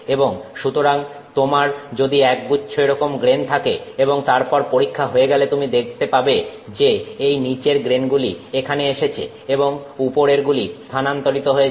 এবং সুতরাং তোমার যদি এক গুচ্ছ এরকম গ্রেন থাকে এবং তারপর পরীক্ষা হয়ে গেলে তুমি দেখতে পাবে যে এই নিচের গ্রেনগুলি এখানে এসেছে এবং উপরের গুলি স্থানান্তরিত হয়েছে